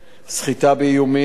סחיטה באיומים,